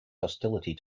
hostility